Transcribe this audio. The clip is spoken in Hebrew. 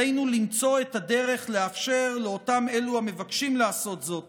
עלינו למצוא את הדרך לאפשר לאלו המבקשים לעשות זאת